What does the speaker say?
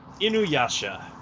Inuyasha